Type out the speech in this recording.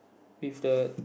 with the